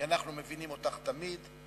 כי אנחנו מבינים אותך תמיד.